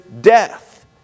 death